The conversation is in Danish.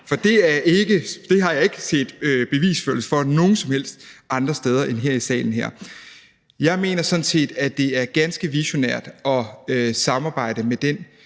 For det har jeg ikke set bevisførelse for nogen som helst andre steder end her i salen. Jeg mener sådan set, at det er ganske visionært at samarbejde med den